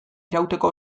irauteko